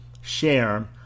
share